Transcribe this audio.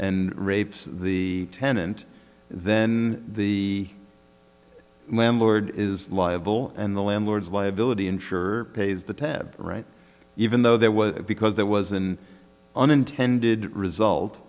and rapes the tenant then the landlord is liable and the landlord's liability insured pays the tab right even though that was because there was and unintended result